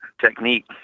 technique